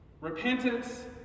repentance